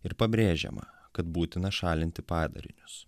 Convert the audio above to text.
ir pabrėžiama kad būtina šalinti padarinius